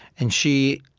and she